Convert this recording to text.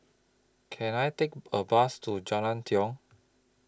Can I Take A Bus to Jalan Tiong